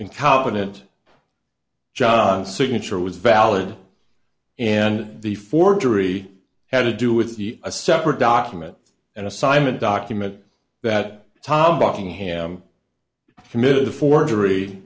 incompetent judge signature was valid and the forgery had to do with the a separate document and assignment document that tom buckingham committed forgery